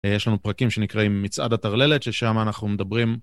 יש לנו פרקים שנקראים מצעד הטרללת, ששם אנחנו מדברים.